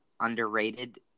underrated